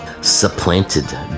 supplanted